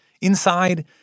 Inside